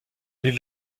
les